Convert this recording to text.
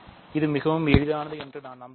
இது மிகவும் எளிதானது என்று நான் நம்புகிறேன்